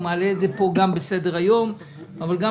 מעלה את זה גם על סדר היום של הוועדה.